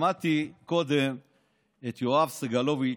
שמעתי קודם את יואב סגלוביץ'